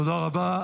תודה רבה.